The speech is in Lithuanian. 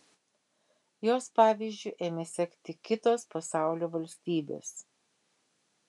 jos pavyzdžiu ėmė sekti kitos pasaulio valstybės